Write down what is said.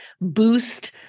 boost